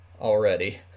already